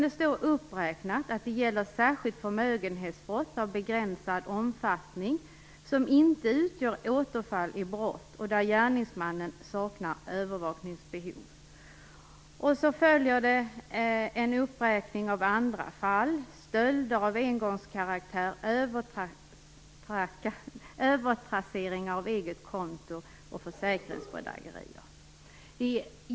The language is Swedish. Det står där uppräknat att det gäller särskilt förmögenhetsbrott av begränsad omfattning som inte utgör återfall i brott och där gärningsmannen saknar övervakningsbehov, och sedan följer en uppräkning av andra fall: stölder av engångskaraktär, övertrassering av eget konto och försäkringsbedrägerier.